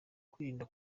kwirinda